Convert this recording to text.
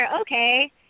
Okay